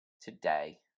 today